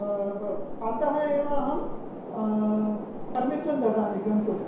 अन्तः एव अहं पर्मिशन् ददामि गन्तुं